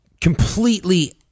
completely